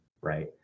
right